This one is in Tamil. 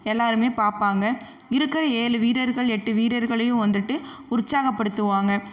எல்லாருமே பார்ப்பாங்க இருக்கிறது ஏழு வீரர்கள் எட்டு வீரர்களையும் வந்துட்டு உற்சாகப்படுத்துவாங்க